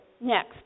next